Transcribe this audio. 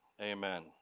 Amen